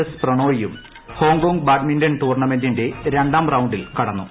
S പ്രണോയും Hong Kong badminton ടൂർണമെന്റിന്റെ രണ്ടാം റൌണ്ടിൽ കടന്നു